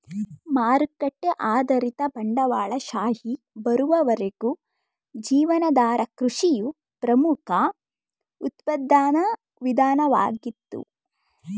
ಮಾರುಕಟ್ಟೆ ಆಧಾರಿತ ಬಂಡವಾಳಶಾಹಿ ಬರುವವರೆಗೂ ಜೀವನಾಧಾರ ಕೃಷಿಯು ಪ್ರಮುಖ ಉತ್ಪಾದನಾ ವಿಧಾನವಾಗಿತ್ತು